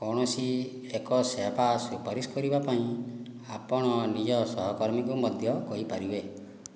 କୌଣସି ଏକ ସେବା ସୁପାରିସ କରିବା ପାଇଁ ଆପଣ ନିଜ ସହକର୍ମୀଙ୍କୁ ମଧ୍ୟ କହିପାରିବେ